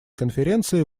конференции